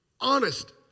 Honest